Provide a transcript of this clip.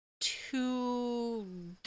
two